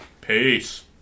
Peace